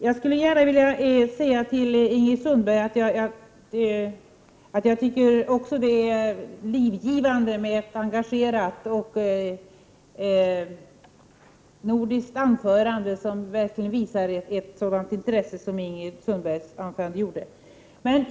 Herr talman! Jag vill gärna säga till Ingrid Sundberg att också jag tycker att det är livgivande med ett engagerat nordiskt anförande, som visar på ett sådant intresse som Ingrid Sundbergs anförande gjorde.